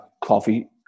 coffee